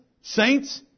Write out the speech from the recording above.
saints